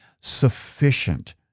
sufficient